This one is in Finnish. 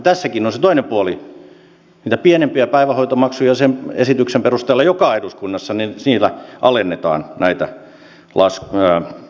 tässäkin on se toinen puoli että sen esityksen perusteella joka on eduskunnassa alennetaan niitä pienempiä päivähoitomaksuja